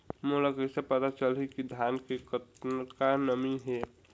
मोला कइसे पता चलही की धान मे कतका नमी हे?